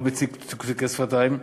לא בצקצוקי שפתיים,